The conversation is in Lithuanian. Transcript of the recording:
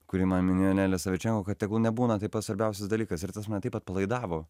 kurį man minėjo nelė savičenko tegul nebūna tai pats svarbiausias dalykas ir tas mane taip atpalaidavo